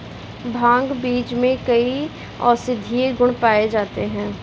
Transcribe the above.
भांग बीज में कई औषधीय गुण पाए जाते हैं